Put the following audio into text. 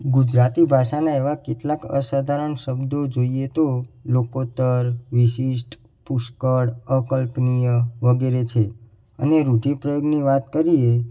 ગુજરાતી ભાષાના એવા કેટલાક અસાધારણ શબ્દો જોઈએ તો લોકો તલ વિશિષ્ટ પુષ્કળ અકલ્પનિય વગેરે છે અને રૂઢિપ્રયોગની વાત કરીએ